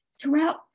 throughout